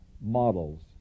models